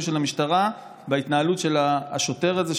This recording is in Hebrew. של המשטרה בהתנהלות של השוטר הזה,